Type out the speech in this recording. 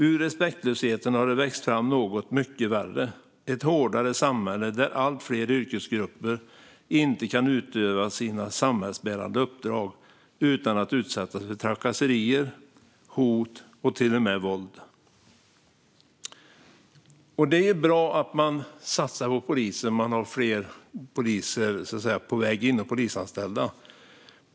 Ur respektlöshet har det växt fram något mycket värre, ett hårdare samhälle där allt fler yrkesgrupper inte kan utöva sina samhällsbärande uppdrag utan att utsättas för trakasserier, hot och till och med våld." Det är bra att man satsar på polisen och har fler poliser och polisanställda på väg in.